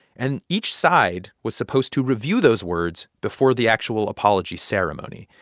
and each side was supposed to review those words before the actual apology ceremony.